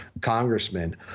congressman